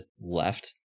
left